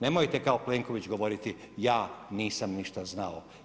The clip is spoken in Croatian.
Nemojte kao Plenković govoriti, ja nisam ništa znao.